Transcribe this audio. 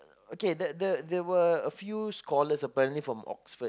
okay that that there were a few scholars apparently from Oxford